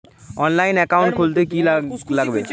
অনলাইনে একাউন্ট খুলতে কি কি লাগবে?